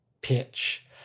pitch